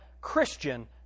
Christian